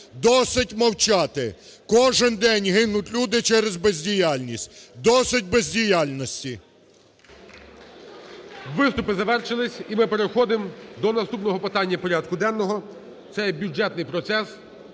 Досить мовчати, кожен день гинуть люди через бездіяльність. Досить бездіяльності! ГОЛОВУЮЧИЙ. Виступи завершились, і ми переходимо до наступного питання порядку денного. Це є бюджетний процес,